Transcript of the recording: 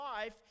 life